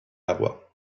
agua